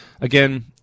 again